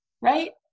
right